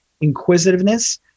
inquisitiveness